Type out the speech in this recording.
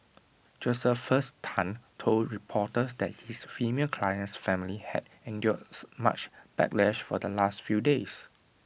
Josephus Tan told reporters that his female client's family had endured much backlash for the last few days